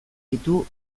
ditu